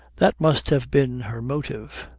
that must have been her motive.